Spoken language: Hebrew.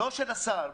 לא של השר,